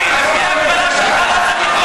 תודה.